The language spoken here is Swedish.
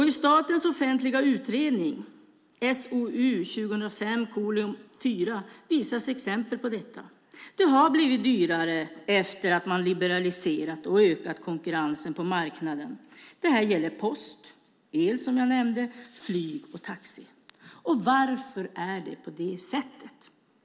I Statens offentliga utredningar, SOU 2005:4, visas exempel på detta. Det har blivit dyrare efter att man har liberaliserat och ökat konkurrensen på marknaden. Det här gäller post, el, som jag nämnde, flyg och taxi. Och varför är det på det sättet?